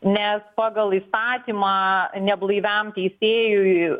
nes pagal įstatymą neblaiviam teisėjui